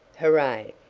hooray.